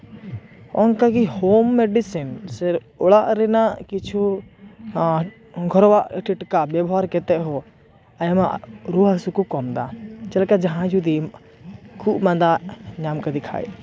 ᱚᱱᱠᱟ ᱜᱮ home medicines ᱥᱮ ᱚᱲᱟᱜ ᱨᱮᱱᱟᱜ ᱠᱤᱪᱷᱩ ᱜᱷᱚᱨᱳᱣᱟ ᱴᱤᱴᱠᱟ ᱵᱮᱵᱚᱦᱟᱨ ᱠᱟᱛᱮ ᱦᱚᱸ ᱟᱭᱢᱟ ᱨᱩᱣᱟᱹ ᱦᱟ ᱥᱩ ᱠᱚ ᱠᱚᱢ ᱮᱫᱟ ᱪᱮᱫᱞᱮᱠᱟ ᱡᱟᱦᱟᱸᱭ ᱡᱩᱫᱤ ᱠᱷᱩᱜ ᱢᱟᱸᱫᱟ ᱧᱟᱢ ᱠᱟᱫᱮ ᱠᱷᱟᱡ